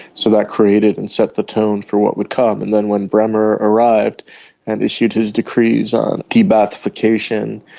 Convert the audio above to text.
so that created and set the tone for what would come. and then when bremer arrived and issued his decrees on de-ba'athification,